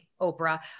Oprah